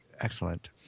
Excellent